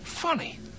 Funny